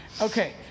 Okay